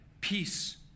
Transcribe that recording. peace